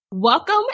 welcome